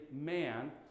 man